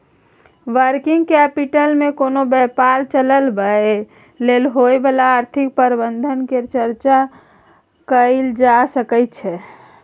working capital मे कोनो व्यापार चलाबय लेल होइ बला आर्थिक प्रबंधन केर चर्चा कएल जाए सकइ छै